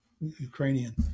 Ukrainian